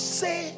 say